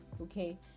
Okay